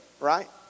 Right